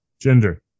Gender